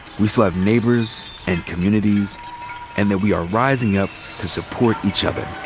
we still have neighbors and communities and that we are rising up to support each other.